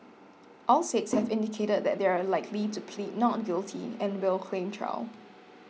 all six have indicated that they are likely to plead not guilty and will claim trial